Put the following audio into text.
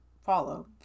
Follow